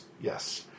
Yes